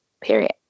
period